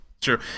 True